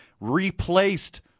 replaced